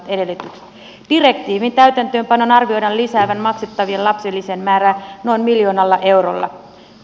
direktiivin täytäntöönpanon arvioidaan lisäävän maksettavien lapsilisien määrää noin miljoonalla eurolla